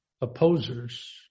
opposers